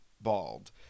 bald